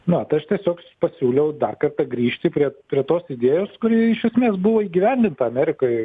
na va tai aš tiesiog pasiūliau dar kartą grįžti prie prie tos idėjos kuri iš esmės buvo įgyvendinta amerikoj